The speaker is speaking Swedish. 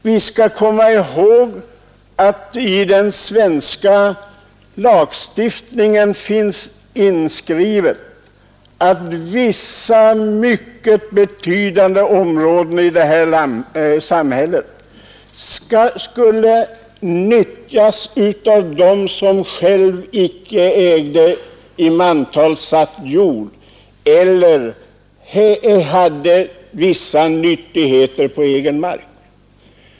Vi skall komma ihåg att i den svenska lagstiftningen var inskrivet att vissa, mycket betydande områden i det här samhället skulle nyttjas av dem som själva icke ägde i mantal satt jord eller hade vissa nyttigheter på egen mark.